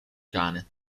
cane